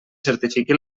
certifiqui